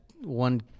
one